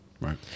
right